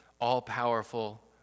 all-powerful